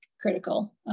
critical